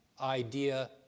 idea